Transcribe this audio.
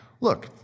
look